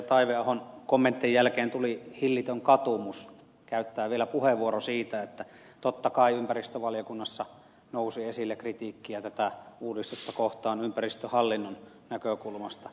taiveahon kommenttien jälkeen tuli hillitön katumus ja teki mieli käyttää vielä puheenvuoro siitä että totta kai ympäristövaliokunnassa nousi esille kritiikkiä tätä uudistusta kohtaan ympäristöhallinnon näkökulmasta